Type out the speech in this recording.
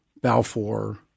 Balfour